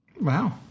Wow